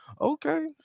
okay